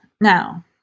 now